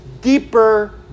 deeper